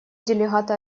делегата